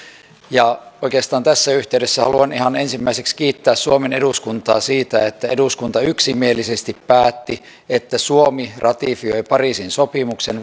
oikeastaan tässä yhteydessä haluan ihan ensimmäiseksi kiittää suomen eduskuntaa siitä että eduskunta yksimielisesti päätti että suomi ratifioi pariisin sopimuksen